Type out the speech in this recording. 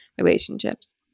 relationships